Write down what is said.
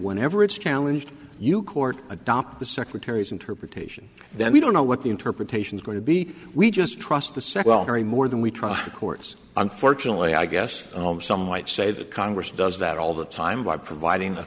whenever it's challenged you court adopt the secretary's interpretation then we don't know what the interpretation is going to be we just trust the sec well carry more than we try to courts unfortunately i guess some whites say that congress does that all the time by providing a